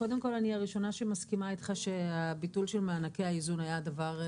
קודם כל אני הראשונה שמסכימה איתך שהביטול של מענקי האיזון היה דבר,